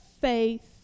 faith